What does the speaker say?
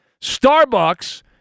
Starbucks